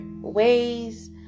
ways